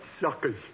suckers